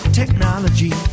technology